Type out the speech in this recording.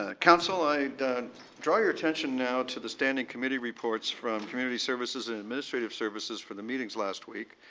ah council, i draw your attention now to the standing committee reports from community services and administrative services for the meeting last week.